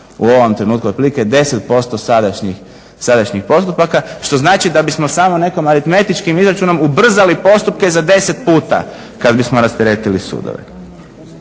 u ovom trenutku, otprilike 10% sadašnjih postupaka što znači da bismo samo nekim aritmetičkim izračunom ubrzali postupke za 10 puta kad bismo rasteretili sudove.